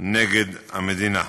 נגד המדינה".